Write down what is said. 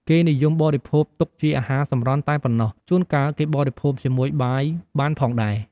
គេនិយមបរិភោគទុកជាអាហារសម្រន់តែប៉ុណ្ណោះ ជួលកាលគេបរិភោគជាមួយបាយបានផងដែរ។